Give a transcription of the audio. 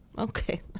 Okay